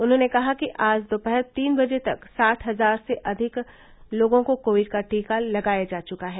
उन्होंने कहा कि आज दोपहर तीन बजे तक साठ हजार से अधिक लोगों को कोविड का टीका लगाया जा चुका है